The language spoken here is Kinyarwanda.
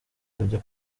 kujya